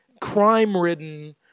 crime-ridden